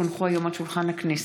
כי הונחו היום על שולחן הכנסת,